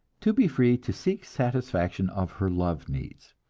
to be free to seek satisfaction of her love needs.